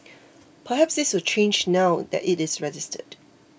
perhaps this will change now that it is registered